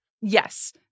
Yes